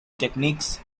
techniques